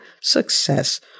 success